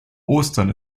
ostern